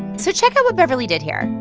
so check out what beverly did here.